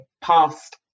past